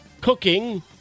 Cooking